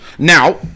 Now